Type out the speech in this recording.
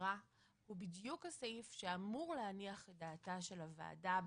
אם קיים דבר כזה,